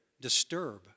disturb